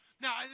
Now